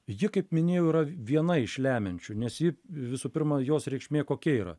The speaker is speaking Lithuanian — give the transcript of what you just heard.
ji kaip minėjau yra viena iš lemiančių nes ji visų pirma jos reikšmė kokia yra